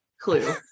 clue